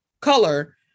color